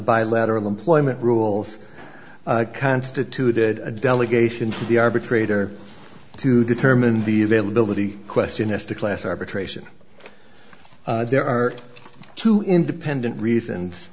bilateral employment rules constituted a delegation to the arbitrator to determine the availability question as to class arbitration there are two independent reasons